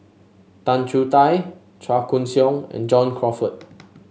Tan Choo Kai Chua Koon Siong and John Crawfurd